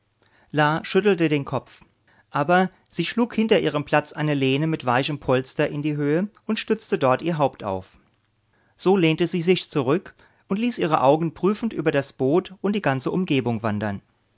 schüttelte den kopf aber sie schlug hinter ihrem platz eine lehne mit weichem polster in die höhe und stützte dort ihr haupt auf so lehnte sie sich zurück und ließ ihre augen prüfend über das boot und die ganze umgebung wandern